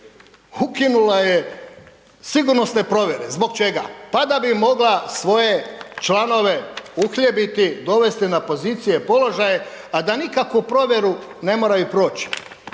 ukinula je sigurnosne provjere. Zbog čega? Pa da bi mogla svoje članove uhljebiti, dovesti na pozicije i položaje, a da nikakvu provjeru ne moraju proć.